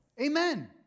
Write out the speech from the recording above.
Amen